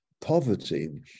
poverty